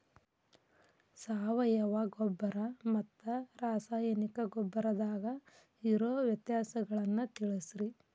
ಸಾವಯವ ಗೊಬ್ಬರ ಮತ್ತ ರಾಸಾಯನಿಕ ಗೊಬ್ಬರದಾಗ ಇರೋ ವ್ಯತ್ಯಾಸಗಳನ್ನ ತಿಳಸ್ರಿ